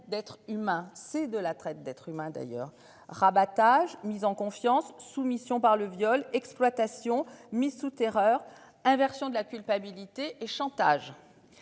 d'être humains. C'est de la traite d'être s'humains d'ailleurs. Rabattage mise en confiance soumission par le viol exploitation mise sous terreur inversion de la culpabilité et chantage.